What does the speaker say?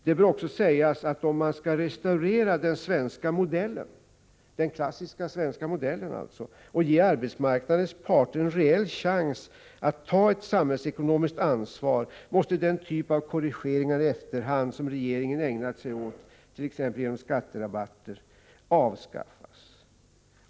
Det bör också sägas att om man skall restaurera den klassiska svenska modellen och ge arbetsmarknadens parter en reell chans att ta ett samhällsekonomiskt ansvar, måste den typ av korrigeringar i efterhand som regeringen ägnat sig åt, t.ex. genom skatterabatter, avskaffas.